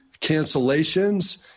cancellations